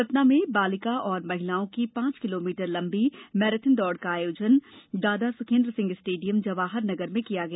सतना में बालिका एवं महिलाओं की पांच किमी लंबी मिनी मैराथन दौड़ का आयोजन दादा सुखेन्द्र सिंह स्टेडियम जवाहर नगर में किया गया